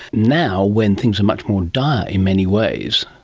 now when things are much more dire in many ways,